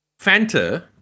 Fanta